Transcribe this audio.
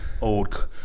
old